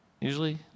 Usually